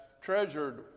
treasured